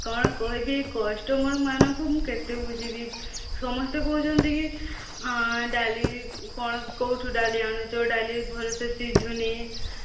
କ'ଣ କହିବି କଷ୍ଟମର ମାନଙ୍କୁ ମୁଁ କେତେ ବୁଝିବି ସମସ୍ତେ କହୁଛନ୍ତିକି ଡାଲି କ'ଣ କେଉଁଠୁ ଡାଲି ଆଣିଛ ଡାଲି ଭଲସେ ସିଝୁନି